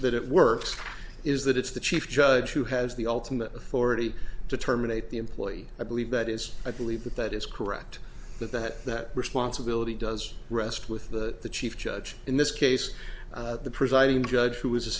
that it works is that it's the chief judge who has the ultimate authority to terminate the employee i believe that is i believe that that is correct but that that responsibility does rest with the chief judge in this case the presiding judge who has